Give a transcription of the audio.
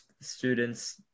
students